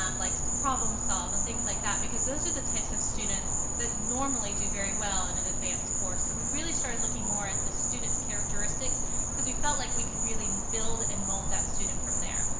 um likes to problem solve, and things like that because those are the types of students that normally do very well in an advanced course so we really started looking more at the students' characteristics cause we felt like we could really build and mold that student from there.